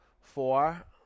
Four